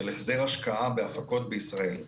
של החזר השקעה בהפקות בישראל.